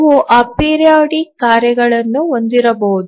ನಾವು ಅಪೀರಿಯೋಡಿಕ್ ಕಾರ್ಯಗಳನ್ನು ಹೊಂದಿರಬಹುದು